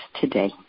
today